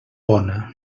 bona